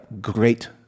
great